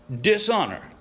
dishonor